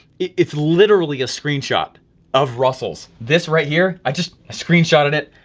it's literally a screenshot of russell's, this right here, i just a screenshotted it,